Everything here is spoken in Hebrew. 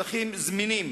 שטחים זמינים